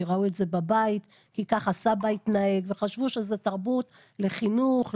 כי ככה הסבא התנהג וחשבו שזו תרבות לחינוך,